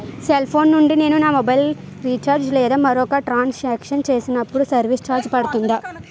Cell phone నుండి నేను నా మొబైల్ రీఛార్జ్ లేదా మరొక ట్రాన్ సాంక్షన్ చేసినప్పుడు సర్విస్ ఛార్జ్ పడుతుందా?